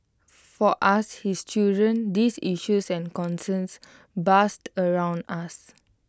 for us his children these issues and concerns buzzed around us